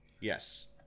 Yes